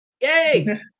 Yay